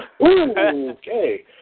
Okay